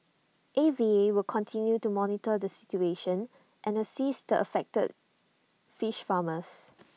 A V A will continue to monitor the situation and assist the affected fish farmers